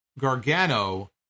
Gargano